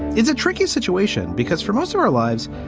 it's a tricky situation because for most of our lives,